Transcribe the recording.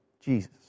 Jesus